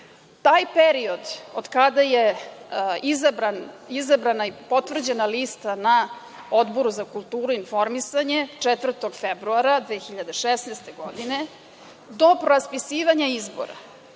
taj period od kada je izabrana i potvrđena lista na Odboru za kulturu i informisanje 4. februara 2016. godine, do raspisivanja izbora